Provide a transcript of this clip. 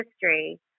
history